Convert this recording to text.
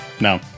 No